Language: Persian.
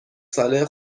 ساله